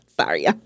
Sorry